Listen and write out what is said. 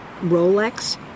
Rolex